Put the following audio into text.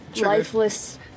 lifeless